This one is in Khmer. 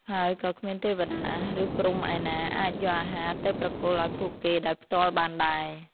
ហើយក៏គ្មានទេវតា ឬព្រហ្មឯណាអាចយកអាហារទៅប្រគល់ឱ្យពួកគេដោយផ្ទាល់បានដែរ។